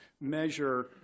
measure